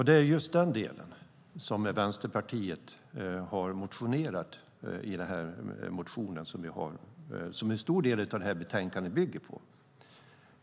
Det är just den delen som Vänsterpartiet har motionerat om och som en stor del av betänkandet bygger på.